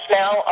now